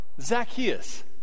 Zacchaeus